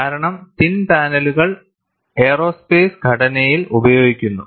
കാരണം തിൻ പാനലുകൾ എയ്റോസ്പേസ് ഘടനയിൽ ഉപയോഗിക്കുന്നു